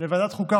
לוועדת החוקה,